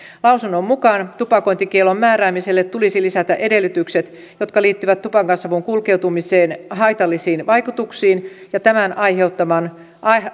lausunnon mukaan tupakointikiellon määräämiselle tulisi lisätä edellytykset jotka liittyvät tupakansavun kulkeutumisen haitallisiin vaikutuksiin ja tämän aiheuttaman